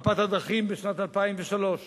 מפת הדרכים בשנת 2003,